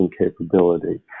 capability